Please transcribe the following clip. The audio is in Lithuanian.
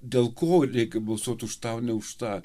dėl ko reikia balsuoti už tą o ne už tą